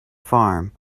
farm